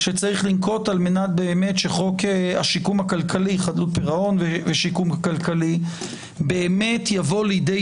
שצריך לנקוט על מנת שחוק חדלות פירעון ושיקום כלכלי יבוא לידי